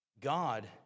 God